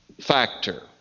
factor